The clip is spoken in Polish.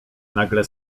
nagle